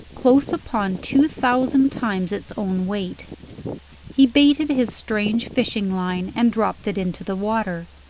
close upon two thousand times its own weight he baited his strange fishing-line and dropped it into the water.